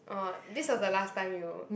oh this was the last time you